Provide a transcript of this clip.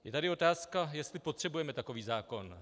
Je tady otázka, jestli potřebujeme takový zákon.